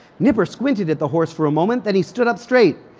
nipper squinted at the horse for a moment, then he stood up straight.